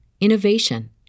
innovation